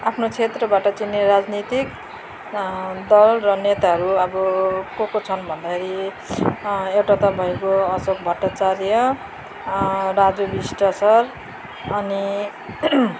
आफ्नो क्षेत्रबाट चिन्ने राजनीतिक दल र नेताहरू अब को को छन् भन्दाखेरि एउटा त भइगयो असोक भट्टाचार्य राजु विष्ट सर अनि